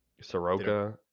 Soroka